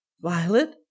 Violet